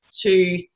two